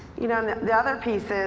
you know, the other piece is,